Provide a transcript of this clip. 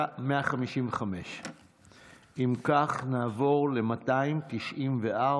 אם כך, נעבור ל-294,